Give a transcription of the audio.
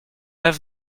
pas